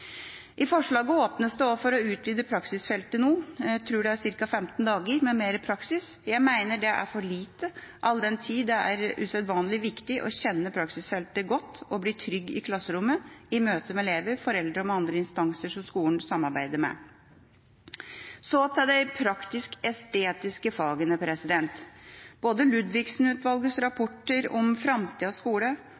I forslaget åpnes det for å utvide praksisfeltet noe – jeg tror det er ca. 15 dager mer praksis. Jeg mener dette er for lite, all den tid det er usedvanlig viktig å kjenne praksisfeltet godt og bli trygg i klasserommet, i møte med elever, foreldre og andre instanser skolen samarbeider med. Så til de praktisk-estetiske fagene. Både